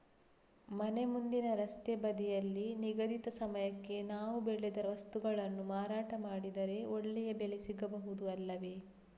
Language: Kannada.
ಮನೆ ಮುಂದಿನ ರಸ್ತೆ ಬದಿಯಲ್ಲಿ ನಿಗದಿತ ಸಮಯಕ್ಕೆ ನಾವು ಬೆಳೆದ ವಸ್ತುಗಳನ್ನು ಮಾರಾಟ ಮಾಡಿದರೆ ಒಳ್ಳೆಯ ಬೆಲೆ ಸಿಗಬಹುದು ಅಲ್ಲವೇ?